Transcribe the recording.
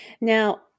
Now